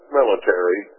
military